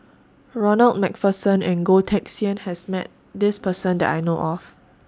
Ronald MacPherson and Goh Teck Sian has Met This Person that I know of